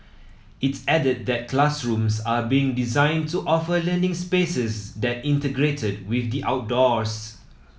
it added that classrooms are being designed to offer learning spaces that integrate with the outdoors